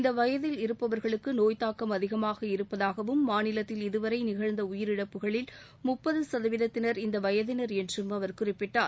இந்த வயதில் இருப்பவர்களுக்கு நோய்த்தாக்கம் அதிகமாக இருப்பதாகவும் மாநிலத்தில் இதுவரை நிகழ்ந்த உயிரிழப்புகளில் முப்பது சதவீதத்தினர் இந்த வயதினர் என்றும் அவர் குறிப்பிட்டார்